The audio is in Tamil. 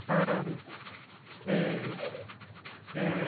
ஆ ம் ம்